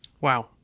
Wow